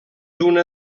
una